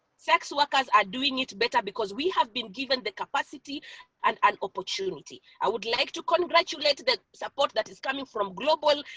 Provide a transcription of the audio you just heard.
sex workers are doing it better, because we have been given the capacity and an opportunity. i would like to congratulate the support that is coming from global,